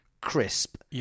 crisp